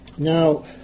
Now